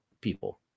people